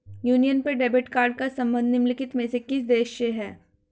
Union Pay debit card का संबंध निम्नलिखित में से किस देश से है?